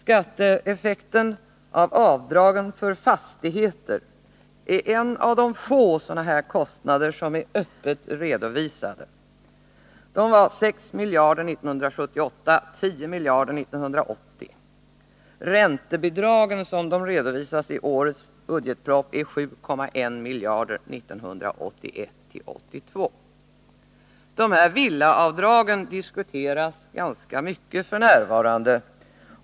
Skatteeffekten av avdragen för fastigheter är en av de få sådana här kostnader som är öppet redovisade. De var 6 miljarder 1978 och 10 miljarder 1980. Räntebidragen, som de redovisas i årets budgetproposition, är 7,1 miljarder för 1981/82. Villaavdragen diskuteras ganska mycket f. n.